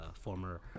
former